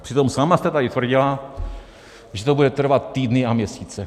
Přitom sama jste tady tvrdila, že to bude trvat týdny a měsíce.